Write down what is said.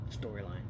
storyline